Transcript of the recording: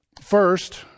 First